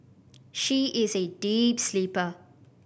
she is a deep sleeper